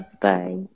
bye